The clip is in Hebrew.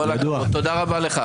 תודה רבה לך.